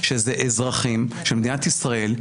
שזה אזרחים שמדינת ישראל,